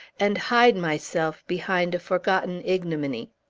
and hide myself behind a forgotten ignominy.